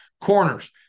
Corners